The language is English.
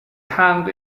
hanged